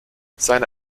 seine